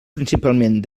principalment